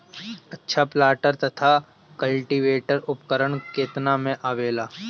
अच्छा प्लांटर तथा क्लटीवेटर उपकरण केतना में आवेला?